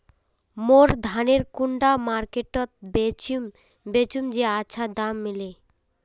मोर धानेर कुंडा मार्केट त बेचुम बेचुम जे अच्छा दाम मिले?